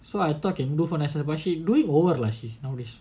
so I thought can do for but she doing over lah she nowadays